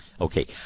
Okay